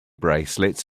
bracelets